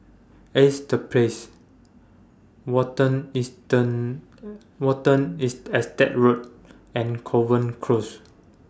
Ace The Place Watten Eastern Watten IS Estate Road and Kovan Close